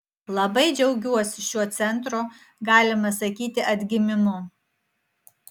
labai džiaugiuosi šiuo centro galima sakyti atgimimu